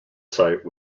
site